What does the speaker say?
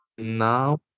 Now